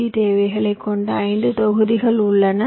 D தேவைகளைக் கொண்ட ஐந்து தொகுதிகள் உள்ளன